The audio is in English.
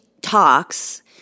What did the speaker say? talks –